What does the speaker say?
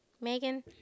Megan